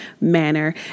manner